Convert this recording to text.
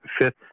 fifth